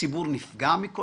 הציבור נפגע,